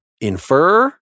infer